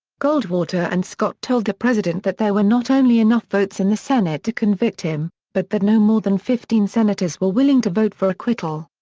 goldwater and scott told the president that there were not only enough votes in the senate to convict him, but that no more than fifteen senators were willing to vote for acquittal.